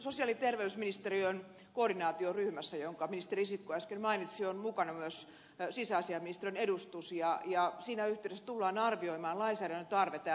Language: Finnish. sosiaali ja terveyministeriön koordinaatioryhmässä jonka ministeri risikko äsken mainitsi on mukana myös sisäasiainministeriön edustus ja siinä yhteydessä tullaan arvioimaan lainsäädäntötarve tältä osin